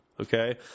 Okay